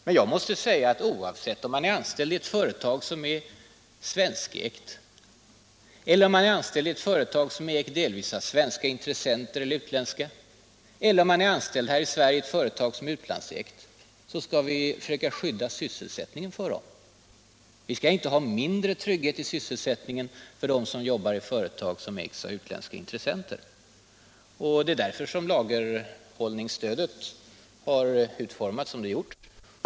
Men jag måste säga att oavsett om man är anställd i ett företag som är svenskägt eller i ett företag som ägs delvis av svenska intressenter och delvis av utländska intressenter — eller om man är anställd här i Sverige i ett företag som är utlandsägt — skall man kunna räkna med att vi försöker skydda sysselsättningen för dem. Vi skall inte ha mindre trygghet i sysselsättningen för dem som jobbar i företag som ägs av utländska intressenter. Det är därför som lagerhållningsstödet har fått den utformning som det har.